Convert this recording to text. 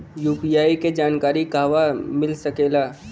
UPI के जानकारी कहवा मिल सकेले?